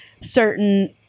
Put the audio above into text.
Certain